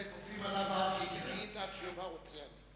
זה, כופים עליו הר כגיגית עד שיאמר רוצה אני.